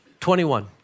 21